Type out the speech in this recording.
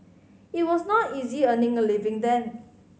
it was not easy earning a living then